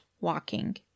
walking